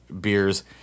beers